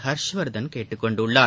ஹர்ஷ்வர்தன் கேட்டுக் கொண்டுள்ளார்